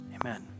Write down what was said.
Amen